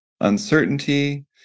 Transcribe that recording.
uncertainty